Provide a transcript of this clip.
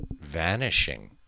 vanishing